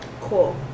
Cool